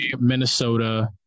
Minnesota